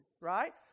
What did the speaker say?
right